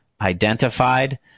identified